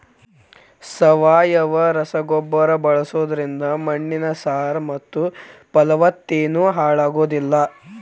ಸಾವಯವ ರಸಗೊಬ್ಬರ ಬಳ್ಸೋದ್ರಿಂದ ಮಣ್ಣಿನ ಸಾರ ಮತ್ತ ಪಲವತ್ತತೆನು ಹಾಳಾಗೋದಿಲ್ಲ